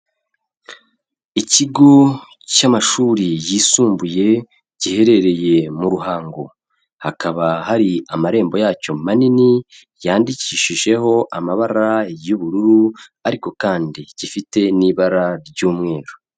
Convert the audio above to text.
Ikigo cy'amashuri yisumbuye giherereye mu Ruhango, hakaba hari amarembo yacyo manini yandikishijeho amabara y'ubururu, ariko kandi gifite n'ibara ry'umweru.